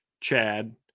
Chad